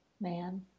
Man